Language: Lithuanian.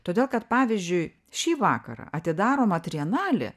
todėl kad pavyzdžiui šį vakarą atidaroma trienalė